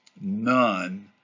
none